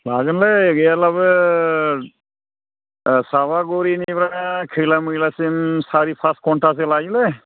लागोन लै गैयाब्लाबो सापागुरिनिफ्राय खैला मैलासिम सारि पास घन्टासो लायोलै